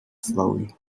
slowly